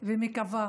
ומקווה